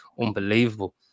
unbelievable